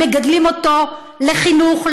מגדלים אותו לחינוך,